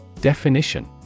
Definition